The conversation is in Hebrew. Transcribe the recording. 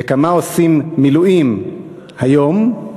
וכמה עושים מילואים היום,